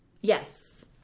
yes